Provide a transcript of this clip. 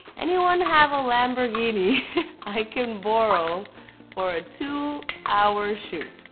anyone have a lamborghini i can borrow for a two hour shoot?